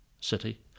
city